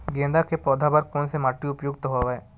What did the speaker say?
गेंदा के पौधा बर कोन से माटी उपयुक्त हवय?